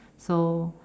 so